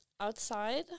outside